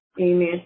Amen